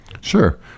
Sure